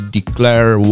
Declare